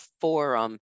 forum